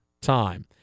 time